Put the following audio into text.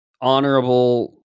honorable